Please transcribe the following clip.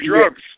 drugs